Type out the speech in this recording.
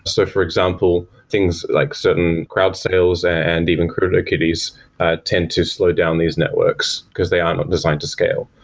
so for example, things like certain crowd sales and even crytokitties tend to slow down these networks, because they are not designed to scale.